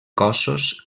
cossos